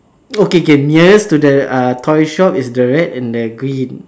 okay K nearest to the uh toy shop is the red and the green